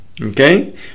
Okay